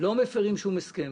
לא מפרים שום הסכם,